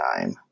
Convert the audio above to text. time